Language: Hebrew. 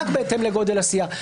רק בהתאם לגודל הסיעה.